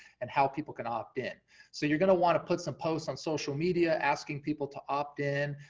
and how people can opt-in. so you're gonna wanna put some posts on social media, asking people to opt-in.